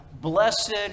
Blessed